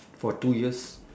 for two years